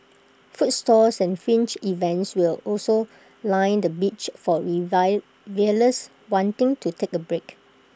food stalls and fringe events will also line the beach for revellers wanting to take A break